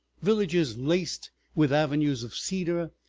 villages laced with avenues of cedar,